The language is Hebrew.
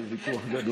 זה ויכוח גדול.